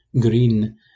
green